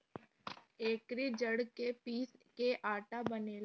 एकरी जड़ के पीस के आटा बनेला